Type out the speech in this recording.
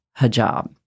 hijab